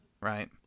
right